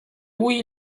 oui